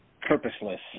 purposeless